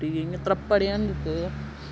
इ'यां त्रप्पड़ जन दित्ते दे हे